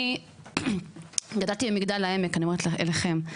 אני גדלתי במגדל העמק, אני אומרת אליכם.